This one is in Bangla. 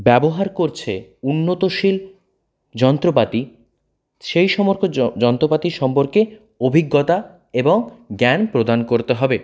ব্যবহার করছে উন্নতশীল যন্ত্রপাতি সেই সমস্ত যন্ত্রপাতি সম্পর্কে অভিজ্ঞতা এবং জ্ঞান প্রদান করতে হবে